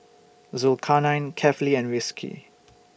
Zulkarnain Kefli and Rizqi